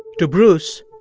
to bruce,